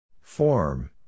Form